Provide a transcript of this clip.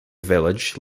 village